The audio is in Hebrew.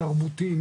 תרבותי.